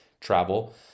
travel